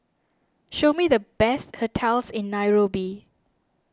show me the best hotels in Nairobi